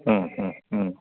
മ്മ് മ്മ് മ്മ്